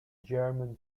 german